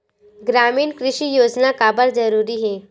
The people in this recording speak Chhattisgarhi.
ग्रामीण कृषि योजना काबर जरूरी हे?